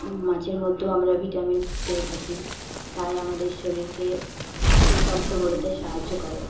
মাছের মধ্যেও আমরা ভিটামিন পেয়ে থাকি তাই আমাদের শরীরকে সুস্বাস্থ্য গড়তে সাহায্য করে